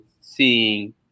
seeing